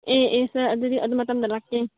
ꯑꯦ ꯑꯦ ꯁꯔ ꯑꯗꯨꯗꯤ ꯑꯗꯨ ꯃꯇꯝꯗ ꯂꯥꯛꯀꯦ